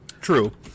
True